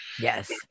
Yes